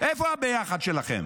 איפה הביחד שלכם?